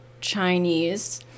Chinese